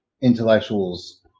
intellectuals